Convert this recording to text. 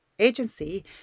Agency